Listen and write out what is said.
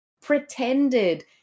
pretended